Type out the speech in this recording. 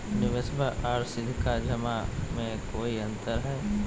निबेसबा आर सीधका जमा मे कोइ अंतर हय?